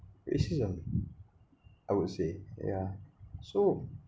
racism I would say yeah so